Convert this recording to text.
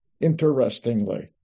interestingly